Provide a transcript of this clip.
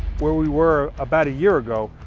where we were about a year ago.